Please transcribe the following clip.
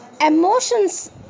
emotions